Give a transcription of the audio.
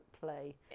play